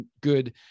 good